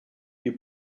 you